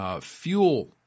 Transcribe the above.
fuel